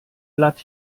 blatt